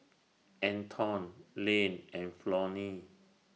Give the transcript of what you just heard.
Anton Lane and Flonnie